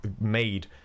made